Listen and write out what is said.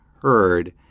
heard